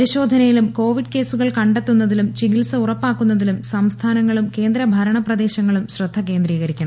പരിശോധനയിലും Covid കേസുകൾ കണ്ടെത്തുന്നതിലും ചികിത്സ ഉറപ്പാക്കുന്നതിലും സംസ്ഥാനങ്ങളും കേന്ദ്രഭരണ പ്രദേശങ്ങളും ശ്രദ്ധ കേന്ദ്രീകരിക്കണം